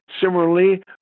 Similarly